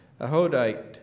Ahodite